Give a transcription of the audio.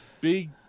Big